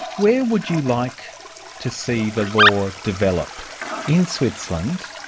where would you like to see the law develop in switzerland?